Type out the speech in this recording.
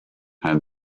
and